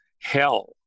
Hell